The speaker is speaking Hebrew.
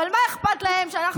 אבל מה אכפת להם שאנחנו יושבים?